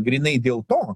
grynai dėl to